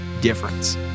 difference